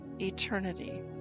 eternity